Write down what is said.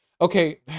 Okay